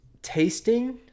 tasting